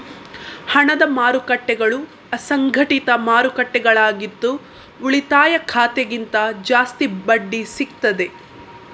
ಹಣದ ಮಾರುಕಟ್ಟೆಗಳು ಅಸಂಘಟಿತ ಮಾರುಕಟ್ಟೆಗಳಾಗಿದ್ದು ಉಳಿತಾಯ ಖಾತೆಗಿಂತ ಜಾಸ್ತಿ ಬಡ್ಡಿ ಸಿಗ್ತದೆ